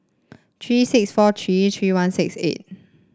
three six four three three one six eight